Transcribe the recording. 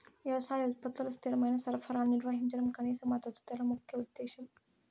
వ్యవసాయ ఉత్పత్తుల స్థిరమైన సరఫరాను నిర్వహించడం కనీస మద్దతు ధర ముఖ్య ఉద్దేశం